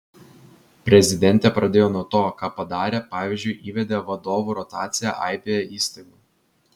prezidentė pradėjo nuo to ką padarė pavyzdžiui įvedė vadovų rotaciją aibėje įstaigų